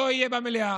לא אהיה במליאה.